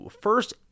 first